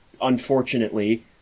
unfortunately